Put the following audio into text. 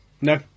No